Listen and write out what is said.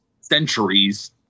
centuries